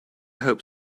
hope